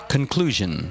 Conclusion